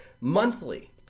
Monthly